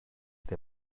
der